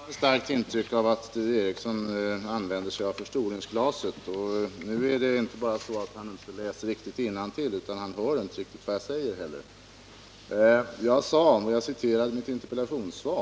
Herr talman! Jag har ett starkt intryck av att Sture Ericson använder sig av förstoringsglaset. Nu är det inte bara så att han inte läst riktigt innantill, utan han hör inte riktigt vad jag säger heller. Jag citerade mitt interpellationssvar